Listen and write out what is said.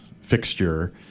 fixture